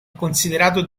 considerato